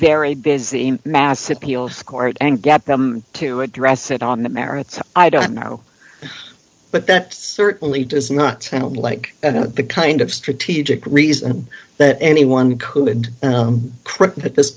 very busy mass appeal court and get them to address it on the merits i don't know but that certainly does not sound like the kind of strategic reason that anyone could